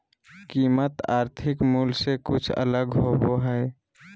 कीमत आर्थिक मूल से कुछ अलग होबो हइ